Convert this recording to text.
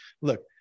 look